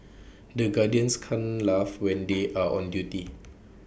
the can't laugh when they are on duty